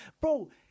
Bro